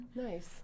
Nice